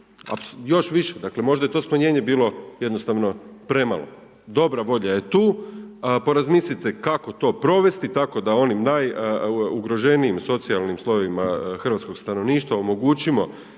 još više, dakle možda je to smanjenje bilo jednostavno premalo. Dobra volja je tu, porazmislite kako to provesti, tako da onim najugroženijim socijalnim slojevima hrvatskog stanovništva omogućimo